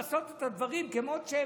לעשות את הדברים כמות שהם,